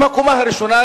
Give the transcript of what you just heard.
אם הקומה הראשונה,